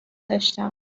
داشتم